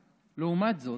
זאת,